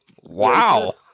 Wow